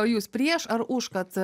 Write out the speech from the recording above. o jūs prieš ar už kad